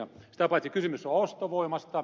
sitä paitsi kysymys on ostovoimasta